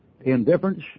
indifference